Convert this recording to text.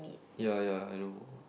ya ya I know